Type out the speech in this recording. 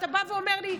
ואתה בא ואומר לי: